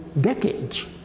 decades